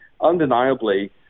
undeniably